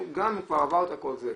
וגם כשעברת את כל זה,